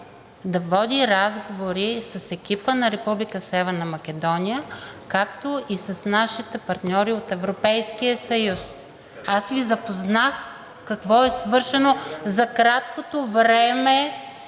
да води разговори с екипа на Република Северна Македония, както и с нашите партньори от Европейския съюз. Аз Ви запознах какво е свършено за краткото време,